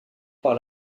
par